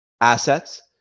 assets